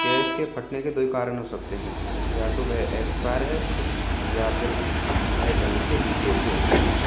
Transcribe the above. gas के फटने के दो ही कारण हो सकते हैं या तो वह एक्सपायर है या फिर वह कहीं से लीकेज है